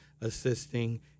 assisting